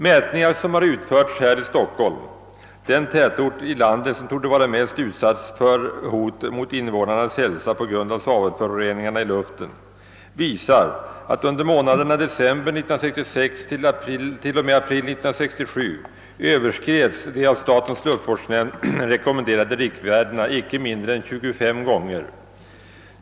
Mätningar som har utförts här i Stockholm — den tätort i landet som torde vara mest utsatt för hot mot innevånarnas hälsa på grund av svavelföroreningarna i luften — visar att under månaderna december 1966—april 1967 överskreds de av statens luftvårdsnämnd rekommenderade riktvärdena icke mindre än 25 gånger.